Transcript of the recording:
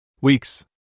Weeks